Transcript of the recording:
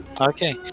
Okay